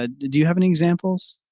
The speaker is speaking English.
ah do you have any examples?